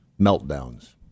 meltdowns